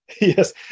Yes